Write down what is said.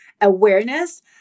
awareness